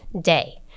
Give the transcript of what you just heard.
day